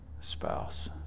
spouse